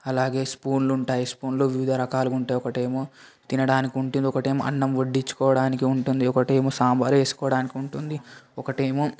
అలాగే స్పూన్లుంటాయి స్పూన్లు వివిధ రకాలుగుంటే ఒకటి ఏమో తినడానికి ఉంటే ఒకటి ఏమో అన్నం వడ్డించుకోడానికి ఉంటుంది ఒకటి ఏమో సాంబారు వేసుకోడానికుంటుంది ఒకటి ఏమో